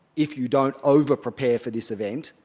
if you don't over-prepare for this event,